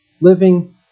living